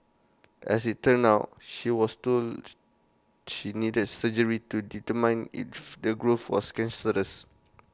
as IT turned out she was told she needed surgery to determine if the growth was cancerous